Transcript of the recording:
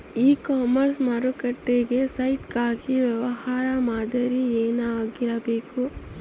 E commerce ಮಾರುಕಟ್ಟೆ site ಗಾಗಿ ವ್ಯವಹಾರ ಮಾದರಿ ಏನಾಗಿರಬೇಕು?